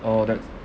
uh that